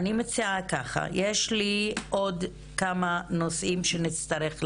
יש עוד כמה נושאים שנצטרך להעלות.